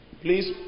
Please